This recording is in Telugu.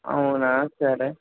అవునా సరే